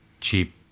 Cheap